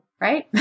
right